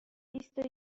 بیست